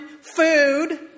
food